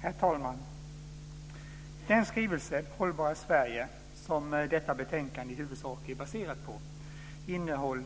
Herr talman! Den skrivelse, Hållbara Sverige, som detta betänkande i huvudsak är baserat på innehåller